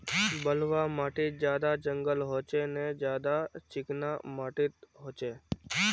बलवाह माटित ज्यादा जंगल होचे ने ज्यादा चिकना माटित होचए?